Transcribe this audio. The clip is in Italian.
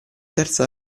terza